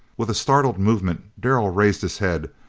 with a startled movement darrell raised his head,